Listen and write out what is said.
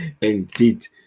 Indeed